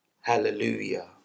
Hallelujah